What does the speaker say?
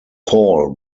paul